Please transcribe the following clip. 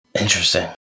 Interesting